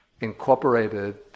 incorporated